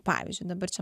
pavyzdžiui dabar čia